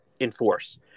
enforce